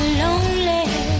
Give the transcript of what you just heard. lonely